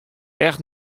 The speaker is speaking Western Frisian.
echt